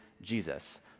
Jesus